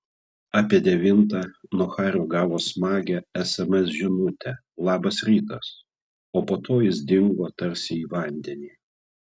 apie devintą nuo hario gavo smagią sms žinutę labas rytas o po to jis dingo tarsi į vandenį